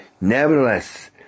Nevertheless